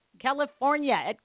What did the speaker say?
California